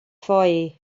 foyer